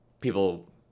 people